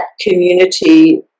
community